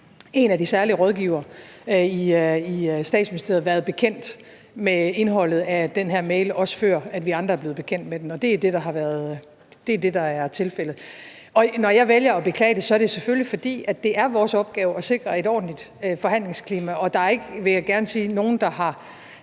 en af de særlige rådgivere i Statsministeriet været bekendt med indholdet af den her mail, også før vi andre er blevet bekendt med den, og det er det, der er tilfældet. Når jeg vælger at beklage det, er det selvfølgelig, fordi det er vores opgave at sikre et ordentligt forhandlingsklima, og der er ikke – vil jeg gerne sige – nogen, der har